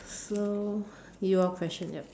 so your question yup